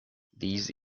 these